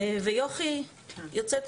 שיוצאת